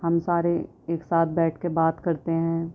ہم سارے ایک ساتھ بیٹھ کے بات کرتے ہیں